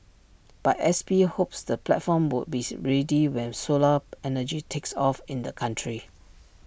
but S P hopes the platform would be ready when solar energy takes off in the country